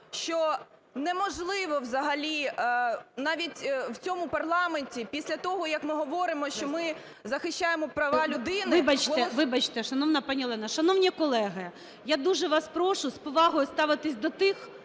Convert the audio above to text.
що неможливо взагалі, навіть в цьому парламенті, після того, як ми говоримо, що ми захищаємо права людини… ГОЛОВУЮЧИЙ. Вибачте! Вибачте, шановна пані Олена. Шановні колеги! Я дуже вас прошу з повагою ставитись до тих